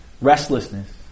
Restlessness